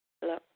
Hello